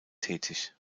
tätig